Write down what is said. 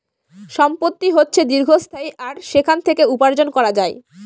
সম্পত্তি হচ্ছে দীর্ঘস্থায়ী আর সেখান থেকে উপার্জন করা যায়